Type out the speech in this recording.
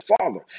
Father